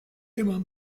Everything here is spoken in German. immer